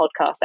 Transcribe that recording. podcast